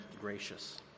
gracious